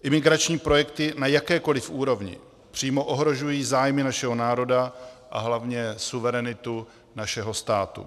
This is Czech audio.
Imigrační projekty na jakékoliv úrovni přímo ohrožují zájmy našeho národa a hlavně suverenitu našeho státu.